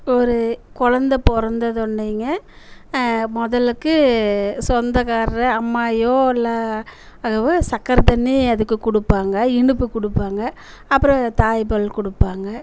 இப்போ ஒரு கொழந்த பிறந்ததொன்னேங்க முதலுக்கு சொந்தகாரர் அம்மாவோ இல்லை அதுவும் சர்க்கரத்தண்ணி அதுக்கு கொடுப்பாங்க இனிப்பு கொடுப்பாங்க அப்புறம் தாய்ப்பால் கொடுப்பாங்க